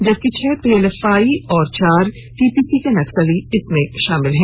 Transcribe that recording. जबकि छह पीएलएफआई और चार टीपीसी के नक्सली शामिल है